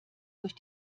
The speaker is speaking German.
durch